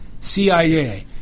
CIA